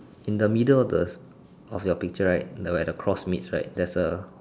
in the middle of the of your picture right there at the cross midst right there's a